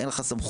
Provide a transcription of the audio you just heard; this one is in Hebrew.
אין לך סמכות,